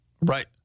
Right